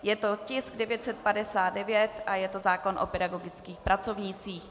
Je to tisk 959 a je to zákon o pedagogických pracovnících.